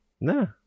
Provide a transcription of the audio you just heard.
No